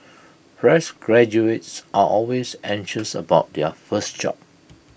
fresh graduates are always anxious about their first job